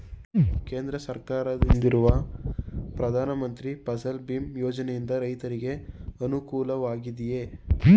ಕೇಂದ್ರ ಸರ್ಕಾರದಿಂದಿರುವ ಪ್ರಧಾನ ಮಂತ್ರಿ ಫಸಲ್ ಭೀಮ್ ಯೋಜನೆಯಿಂದ ರೈತರಿಗೆ ಅನುಕೂಲವಾಗಿದೆಯೇ?